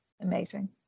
Amazing